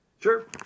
Sure